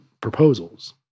proposals